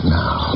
now